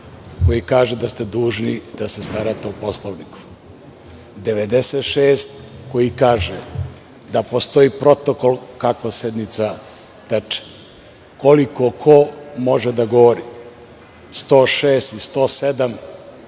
koji kaže da ste dužni da se starate o Poslovniku, 96. koji kaže da postoji protokol kako sednica teče, koliko ko može da govori, 106. i 107.